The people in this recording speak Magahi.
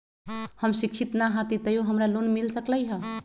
हम शिक्षित न हाति तयो हमरा लोन मिल सकलई ह?